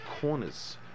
corners